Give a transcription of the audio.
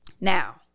Now